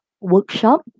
workshop